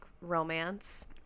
romance